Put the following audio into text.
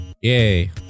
Yay